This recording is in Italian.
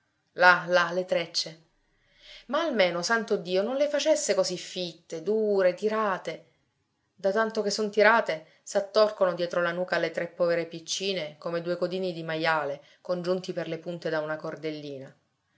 là là le trecce ma almeno santo dio non le facesse così fitte dure tirate da tanto che son tirate s'attorcono dietro la nuca alle tre povere piccine come due codini di majale congiunti per le punte da una cordellina